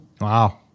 Wow